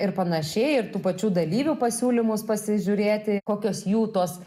ir panašiai ir tų pačių dalyvių pasiūlymus pasižiūrėti kokios jų tos